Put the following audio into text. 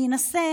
אני אנסה,